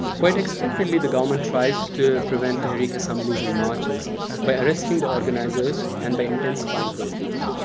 quite expectedly, the government tries to prevent tehreek assemblies and marches by arresting the organizers and by intensifying curfews.